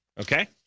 okay